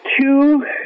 two